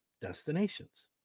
Destinations